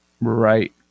Right